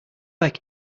like